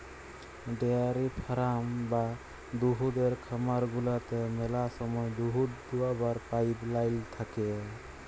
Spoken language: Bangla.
ডেয়ারি ফারাম বা দুহুদের খামার গুলাতে ম্যালা সময় দুহুদ দুয়াবার পাইপ লাইল থ্যাকে